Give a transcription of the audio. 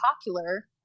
popular